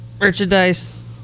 merchandise